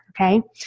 okay